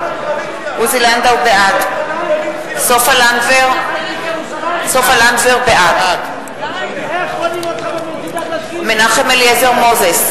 לנדאו, בעד סופה לנדבר, בעד מנחם אליעזר מוזס,